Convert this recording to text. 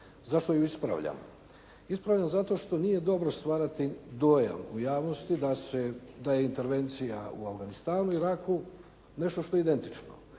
Zašto ju ispravljam? Ispravljam zato što nije dobro stvarati dojam u javnosti da je ta intervencija u Afganistanu i Iraku nešto što je identično.